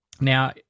Now